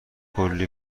کلی